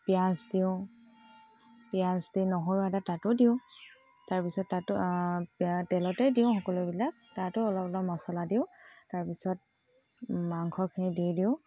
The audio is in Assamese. পিঁয়াজ দিওঁ পিঁয়াজ দি নহৰু আদা তাতো দিওঁ তাৰপিছত তাতো তেলতে দিওঁ সকলোবিলাক তাতো অলপ অলপ মচলা দিওঁ তাৰপিছত মাংসখিনি দি দিওঁ